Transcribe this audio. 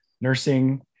nursing